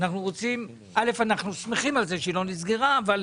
אנחנו שמחים על זה שהיא לא נסגרה, אבל